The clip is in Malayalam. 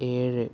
ഏഴ്